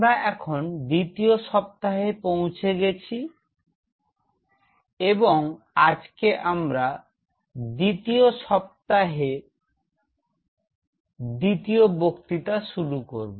আমরা এখন দ্বিতীয় সপ্তাহে পৌঁছে গেছি এবং আজকে আমরা দ্বিতীয় সপ্তাহের দ্বিতীয় বক্তৃতা শুরু করব